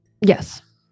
Yes